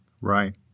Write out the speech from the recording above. Right